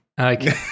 Okay